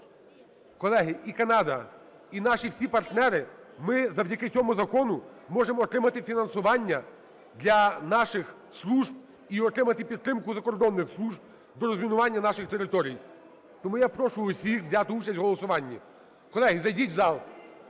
Колеги, і Канада, і наші всі партнери, ми завдяки цьому закону можемо отримати фінансування для наших служб і отримати підтримку закордонних служб до розмінування наших територій. Тому я прошу всіх взяти участь в голосуванні. Колеги, зайдіть в зал.